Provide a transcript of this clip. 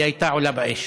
היא הייתה עולה באש.